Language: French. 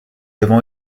avons